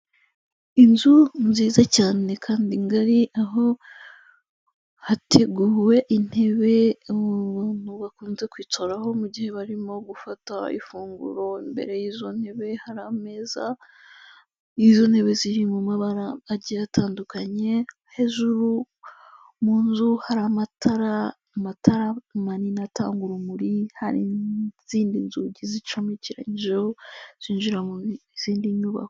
Inzu nziza cyane kandi ngari, aho hateguwe intebe bakunze kwicaraho mu gihe barimo gufata ifunguro, imbere y'izo ntebe hari ameza, izo ntebe ziri mu mabara agiye atandukanye, hejuru mu nzu hari amatara amatara manini atanga urumuri, hari n'izindi nzugi zicomekeranijemo zinjira mu zindi nyubako.